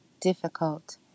difficult